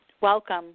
Welcome